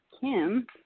Kim